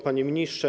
Panie Ministrze!